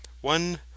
one